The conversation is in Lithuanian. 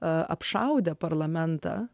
apšaudę parlamentą